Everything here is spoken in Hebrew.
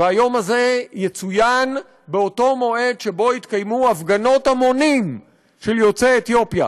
והיום הזה יצוין באותו מועד שבו יתקיימו הפגנות המונים של יוצאי אתיופיה